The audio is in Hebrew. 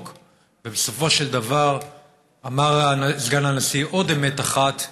בסופו של דבר אמר סגן הנשיא עוד אמת אחת,